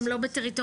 גם לא בטריטוריה.